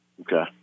Okay